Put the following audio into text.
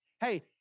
Hey